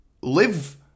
live